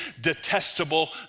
detestable